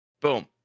Boom